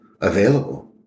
available